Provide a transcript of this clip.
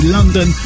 London